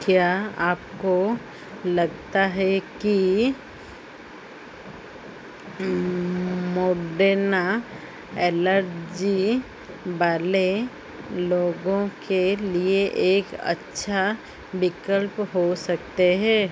क्या आपको लगता है कि मोडेना एलर्जी वाले लोगों के लिए एक अच्छा विकल्प हो सकती है